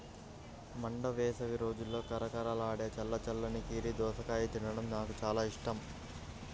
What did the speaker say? మండు వేసవి రోజుల్లో కరకరలాడే చల్ల చల్లని కీర దోసకాయను తినడం నాకు చాలా ఇష్టం